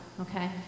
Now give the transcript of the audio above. Okay